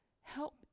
help